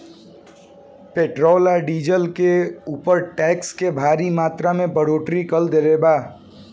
petrol आ diesel के ऊपर टैक्स के भारी मात्रा में बढ़ोतरी कर दीहल बा